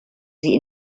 sie